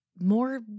more